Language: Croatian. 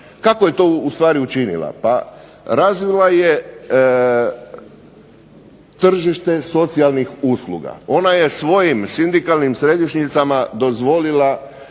Kako je to ustvari učinila? Pa razvila je tržište socijalnih usluga. Ona je svojim sindikalnim središnjicama dozvolila